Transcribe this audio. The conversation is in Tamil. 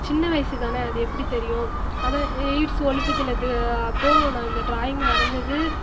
சின்ன வயசு தானே அது எப்படி தெரியும் அதுதான் எய்ட்ஸ் ஒழிப்பு தினத்து அப்போது நான் இந்த டிராயிங் வரைஞ்சது